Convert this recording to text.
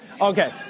Okay